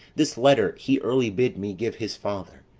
this letter he early bid me give his father,